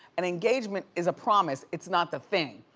an engagement is a promise, it's not the thing.